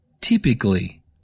typically